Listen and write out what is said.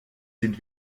sind